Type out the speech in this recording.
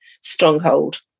stronghold